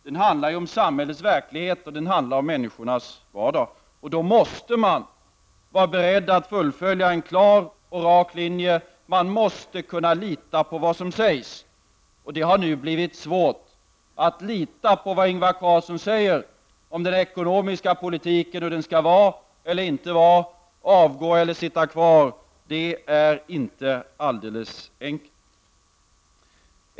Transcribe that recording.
Den handlar ju om samhällets verklighet och om människors vardag — och då måste man som politiker också vara beredd att fullfölja en klar och rak linje. Människor måste kunna lita på vad som sägs. Nu har det blivit svårt att lita på vad Ingvar Carlsson säger om den ekonomiska politiken: hurdan den skall vara eller inte vara, om regeringen skall avgå eller sitta kvar. Detta är inte alldeles enkelt.